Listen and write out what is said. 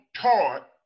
taught